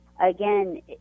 again